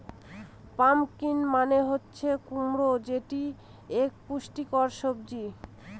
pumpkin মানে হচ্ছে কুমড়ো যেটি এক পুষ্টিকর সবজি